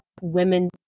women